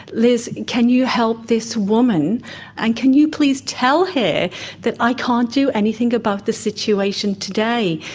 liz, can you help this woman and can you please tell her that i can't do anything about the situation today.